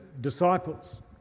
disciples